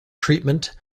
treatment